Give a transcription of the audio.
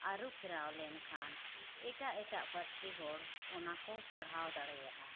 ᱟᱹᱨᱩᱯᱷᱮᱨᱟᱣ ᱞᱮᱱᱠᱷᱟᱱ ᱮᱴᱟᱜ ᱮᱴᱟᱜ ᱯᱟᱹᱨᱥᱤ ᱦᱚᱲ ᱚᱱᱟ ᱠᱚ ᱯᱟᱲᱦᱟᱣ ᱫᱟᱲᱮᱭᱟᱜᱼᱟ